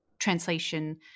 translation